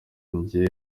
njye